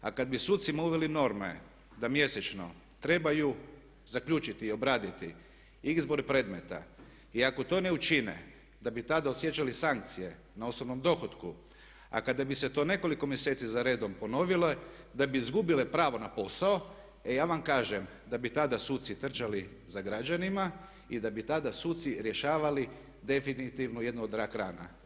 A kad bi sucima uveli norme da mjesečno trebaju zaključiti i obraditi izbor predmeta i ako to ne učine da bi tada osjećali sankcije na osobnom dohotku, a kada bi se to nekoliko mjesece zaredom ponovile, da bi izgubile pravo na posao, e ja vam kažem da bi tada suci trčali za građanima i da bi tada suci rješavali definitivno jednu od rak rana.